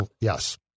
yes